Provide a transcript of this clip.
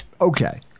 Okay